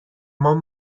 مام